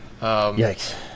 Yikes